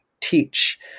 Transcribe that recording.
teach